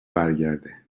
برگرده